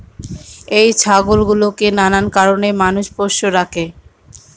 এই ছাগল গুলোকে নানান কারণে মানুষ পোষ্য রাখে